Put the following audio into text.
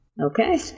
Okay